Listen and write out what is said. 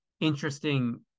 interesting